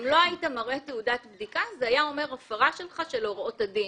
אם לא היית מראה תעודת בדיקה זה היה אומר הפרה שלך של הוראות הדין.